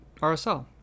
RSL